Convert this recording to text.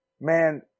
man